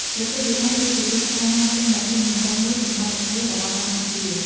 ប្រទេសវៀតណាម គឺជាទីផ្សារនាំចេញដ៏ធំបំផុតមួយសម្រាប់បង្គារបស់កម្ពុជា។